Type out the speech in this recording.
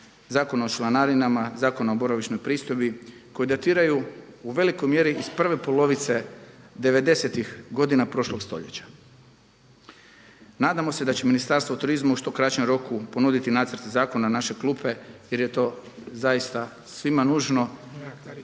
Zakona o članarinama, Zakona o boravišnoj pristojbi koji datiraju u velikoj mjeri iz prve polovice '90.-tih godina prošlog stoljeća. Nadamo se da će Ministarstvo turizma u što kraćem roku ponuditi nacrte zakona u naše klupe jer je to zaista svim nužno